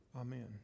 Amen